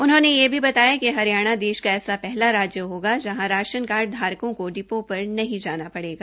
उन्होंने यह भी बताया कि हरियाणा देश ऐसा राज्य होगा जहां राशन कार्ड धारकों को डिपो पर नहीं जाना पड़ेगा